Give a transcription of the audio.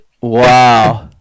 Wow